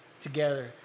together